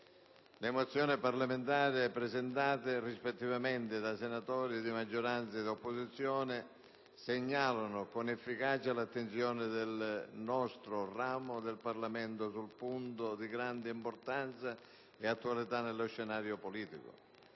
Le mozioni parlamentari, presentate rispettivamente da senatori di maggioranza e di opposizione, segnalano con efficacia l'attenzione del nostro ramo del Parlamento sul punto, di grande importanza e attualità nello scenario politico,